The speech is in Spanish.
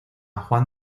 juan